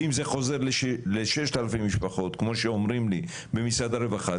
ואם זה חוזר ל-6000 משפחות כמו שאומרים לי במשרד הרווחה,